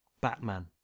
Batman